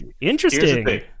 Interesting